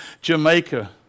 Jamaica